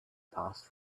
passed